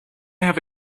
have